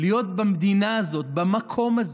להיות במדינה הזאת, במקום הזה,